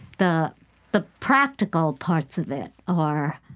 the the practical parts of it are